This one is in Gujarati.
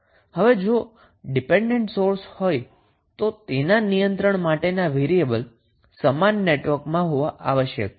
હવે જો ડિપેન્ડન્ટ સોર્સ હોય તો તેના નિયંત્રણ માટેના વેરીએબલ સમાન નેટવર્ક માં હોવા આવશ્યક છે